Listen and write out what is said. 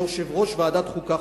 יושב-ראש ועדת החוקה,